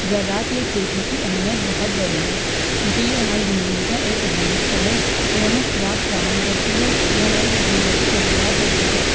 زراعت یا کھیتی کی اہمیت بہت بڑی ہے کیونکہ یہ ہماری زندگی کا ایک اہم حصہ ہے یہ ہمیں خوراک فراہم کرتی ہے جو ہماری روزمرہ کی ضروریات ہوتی ہے